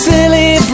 Silly